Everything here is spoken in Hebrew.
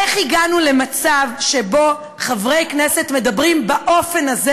איך הגענו למצב שבו חברי כנסת מדברים באופן הזה,